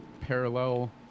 parallel